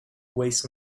waste